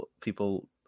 People